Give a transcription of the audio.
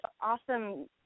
awesome